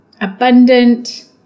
abundant